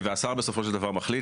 השר בסופו של דבר מחליט,